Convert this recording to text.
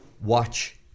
watch